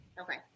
Okay